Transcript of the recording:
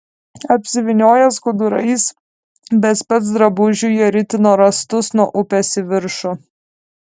apsivynioję skudurais be specdrabužių jie ritino rąstus nuo upės į viršų